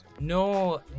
No